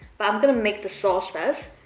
but i'm going to make the sauce first.